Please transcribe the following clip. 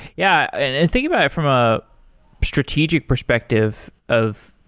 yeah, and thinking about it from a strategic perspective of